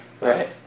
Right